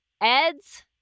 Ed's